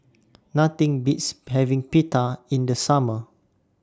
Nothing Beats having Pita in The Summer